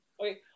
okay